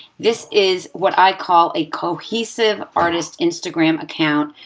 this is what i call a cohesive artist's instagram account,